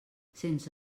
sense